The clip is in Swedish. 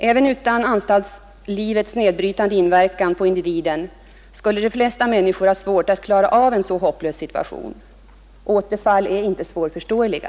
Även utan anstaltslivets nedbrytande inverkan på individen skulle de flesta människor ha svårt att klara en så hopplös situation. Återfall är inte svårförståeliga.